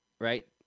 right